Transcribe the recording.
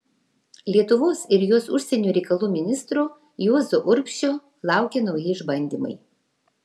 lietuvos ir jos užsienio reikalų ministro juozo urbšio laukė nauji išbandymai